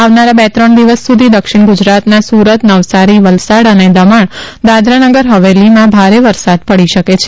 આવનારા બે ત્રણ દિવસ સુધી દક્ષિણ ગુજરાતના સુરત નવસારી વલસાડ અને દમણ દાદરાનગર હવેલીમાં ભારે વરસાદ પડી શકે છે